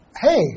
hey